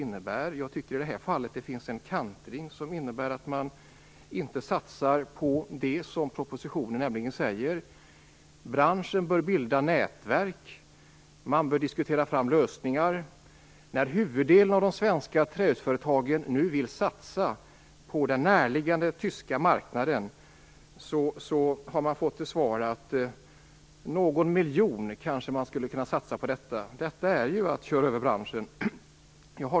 I det här fallet tycker jag att det finns en kantring som innebär att man inte satsar på det som sägs i propositionen, nämligen att branschen bör bilda nätverk och att man bör diskutera fram lösningar. När huvuddelen av de svenska trähusföretagen nu vill satsa på den närliggande tyska marknaden har man fått till svar att man kanske skulle kunna satsa någon miljon på detta. Det innebär ju att man kör över branschen.